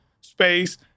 space